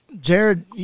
Jared